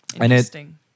Interesting